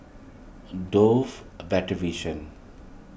a Dove a Better Vision